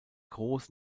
groß